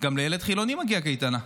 גם לילד חילוני מגיעה קייטנה,